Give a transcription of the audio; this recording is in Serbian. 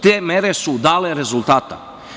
Te mere su dale rezultate.